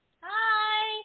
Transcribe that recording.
Hi